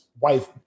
wife